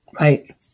Right